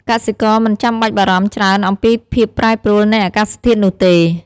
កសិករមិនចាំបាច់បារម្ភច្រើនអំពីភាពប្រែប្រួលនៃអាកាសធាតុនោះទេ។